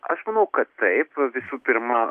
aš manau kad taip visų pirma